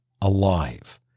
alive